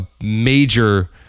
major